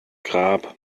grab